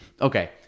okay